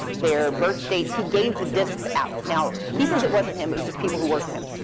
their birth dates. he gave the disks out. now, he says it wasn't him. it was just people who worked for him.